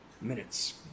minutes